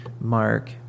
mark